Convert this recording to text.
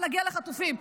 נגיע לחטופים.